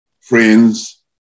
friends